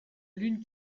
lune